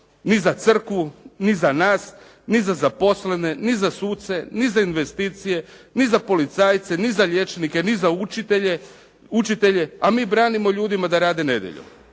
ni za Crkvu, ni za nas, ni za zaposlene, ni za suce, ni za investicije, ni za policajce, ni za liječnike, ni za učitelje a mi branimo ljudima da rade nedjeljom.